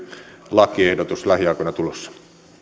lakiehdotus lähiaikoina tulossa